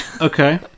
Okay